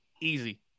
Easy